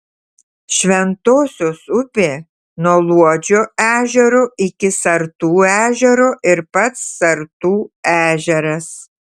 šventosios upė nuo luodžio ežero iki sartų ežero ir pats sartų ežeras